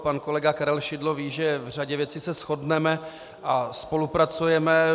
Pan kolega Karel Šidlo ví, že v řadě věcí se shodneme a spolupracujeme.